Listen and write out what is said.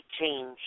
change